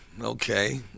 okay